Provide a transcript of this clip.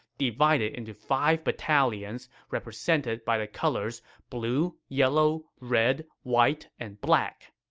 divided into five battalions represented by the colors blue, yellow, red, white, and black.